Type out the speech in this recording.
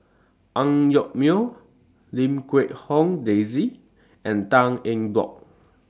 Ang Yoke Mooi Lim Quee Hong Daisy and Tan Eng Bock